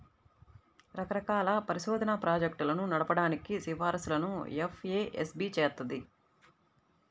రకరకాల పరిశోధనా ప్రాజెక్టులను నడపడానికి సిఫార్సులను ఎఫ్ఏఎస్బి చేత్తది